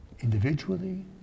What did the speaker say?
individually